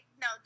no